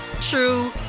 true